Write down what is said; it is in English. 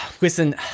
Listen